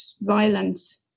violence